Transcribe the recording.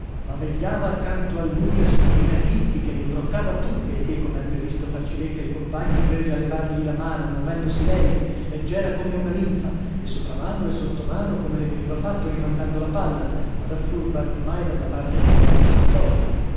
ma vegliava accanto a lui la signorina kitty che le imbroccava tutte e che com'ebbe visto far cilecca il compagno prese a levargli la mano muovendosi lei leggera come una ninfa e sopramano e sottomano come le veniva fatto rimandando la palla ma da furba non mai dalla parte di terenzio spazzòli